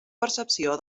percepció